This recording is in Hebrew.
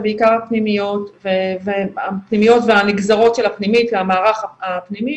ובעיקר הפנימיות והנגזרות של הפנימית והמערך הפנימי,